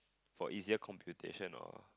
for easier computation or